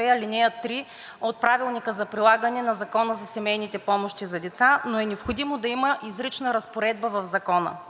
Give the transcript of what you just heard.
ал. 3 от Правилника за прилагане на Закона за семейните помощи за деца, но е необходимо да има изрична разпоредба в Закона.